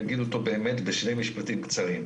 אגיד אותו באמת בשני משפטים קצרים.